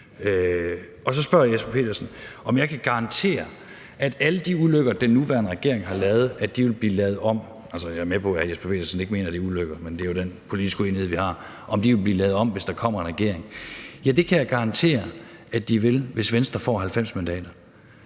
Så spørger hr. Jesper Petersen, om jeg kan garantere, at alle de ulykker, den nuværende regering har lavet, vil blive lavet om – jeg er med på, at hr. Jesper Petersen ikke mener, at det er ulykker, men det er jo den politiske uenighed, vi har – hvis der kommer en ny regering. Ja, det kan jeg garantere at de vil, hvis Venstre får 90 mandater.